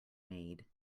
made